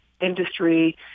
industry